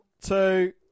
two